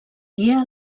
dia